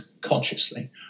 consciously